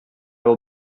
will